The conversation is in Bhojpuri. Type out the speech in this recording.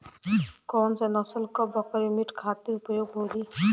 कौन से नसल क बकरी मीट खातिर उपयोग होली?